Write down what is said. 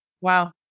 Wow